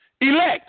Elect